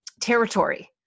territory